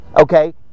Okay